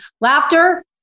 laughter